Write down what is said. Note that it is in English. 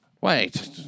Wait